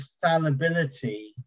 fallibility